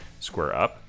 SquareUp